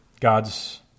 God's